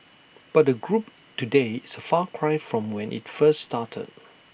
but the group today is A far cry from when IT first started